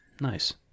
nice